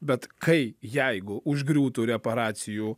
bet kai jeigu užgriūtų reparacijų